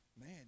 man